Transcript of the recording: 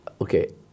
okay